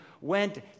went